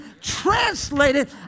translated